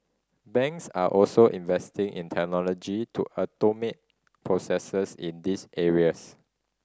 banks are also investing in technology to automate processes in this areas